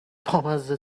بامزه